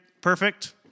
Perfect